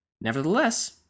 Nevertheless